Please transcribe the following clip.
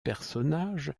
personnage